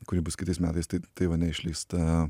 kuri bus kitais metais taivane išleista